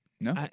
No